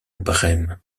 brême